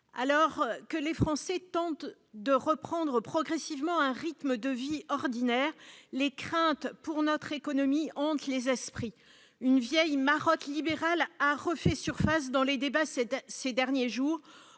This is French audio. Alors que les Français tentent de reprendre progressivement un rythme de vie ordinaire, les craintes pour notre économie hantent les esprits. Une vieille marotte libérale a refait surface dans les débats ces derniers jours,